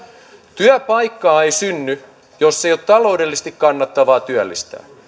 työpaikkaa ei synny jos ei ole taloudellisesti kannattavaa työllistää